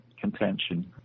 contention